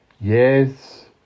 Yes